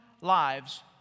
lives